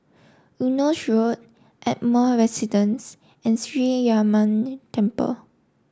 Eunos Road Ardmore Residence and Sree Ramar Temple